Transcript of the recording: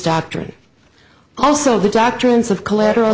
doctrine also the doctrines of collateral